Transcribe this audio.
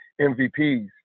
MVPs